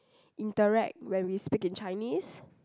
interact when we speak in Chinese